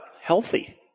healthy